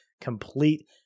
complete